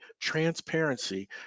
transparency